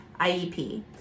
IEP